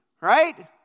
right